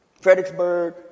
Fredericksburg